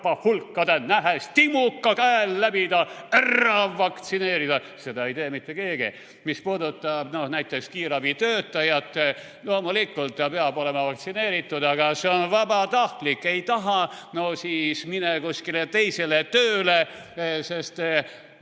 rahvahulkade nähes timuka käe läbi ta ära vaktsineerida. Seda ei tee mitte keegi. Mis puudutab näiteks kiirabitöötajat, loomulikult ta peab olema vaktsineeritud. Aga see on vabatahtlik. Kui ei taha, no siis mine kuskile mujale tööle. Sest